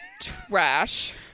Trash